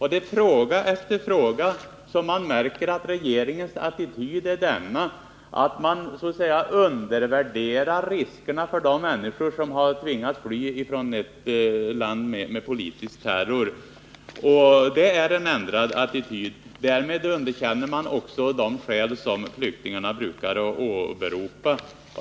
I fråga efter fråga märker man att regeringens attityd går mot en undervärdering av riskerna för de människor som har tvingats fly från ett land med politisk terror — det är en ändrad attityd. Därmed underkänner man också de skäl flyktingarna brukar åberopa.